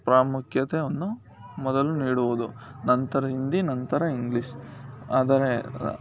ಪ್ರಾಮುಖ್ಯತೆಯನ್ನು ಮೊದಲು ನೀಡುವುದು ನಂತರ ಹಿಂದಿ ನಂತರ ಇಂಗ್ಲಿಷ್ ಆದರೆ